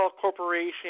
corporation